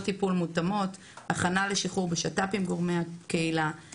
והתעצמות המערך הטכנולוגי, בדגש